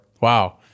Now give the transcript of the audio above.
Wow